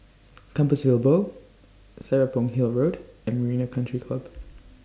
Compassvale Bow Serapong Hill Road and Marina Country Club